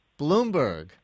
Bloomberg